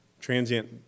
transient